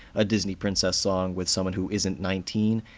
a disney princess song with someone who isn't nineteen,